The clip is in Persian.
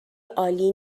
عالی